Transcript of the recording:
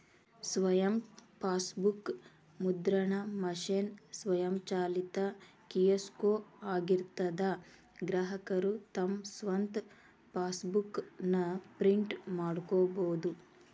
ಸ್ವಯಂ ಫಾಸ್ಬೂಕ್ ಮುದ್ರಣ ಮಷೇನ್ ಸ್ವಯಂಚಾಲಿತ ಕಿಯೋಸ್ಕೊ ಆಗಿರ್ತದಾ ಗ್ರಾಹಕರು ತಮ್ ಸ್ವಂತ್ ಫಾಸ್ಬೂಕ್ ನ ಪ್ರಿಂಟ್ ಮಾಡ್ಕೊಬೋದು